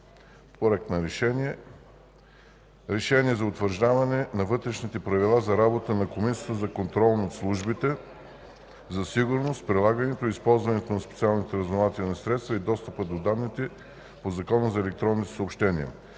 утвърди с: „РЕШЕНИЕ за утвърждаване на Вътрешните правила за работата на Комисията за контрол над службите за сигурност, прилагането и използването на специалните разузнавателни средства и достъпа до данните по Закона за електронните съобщения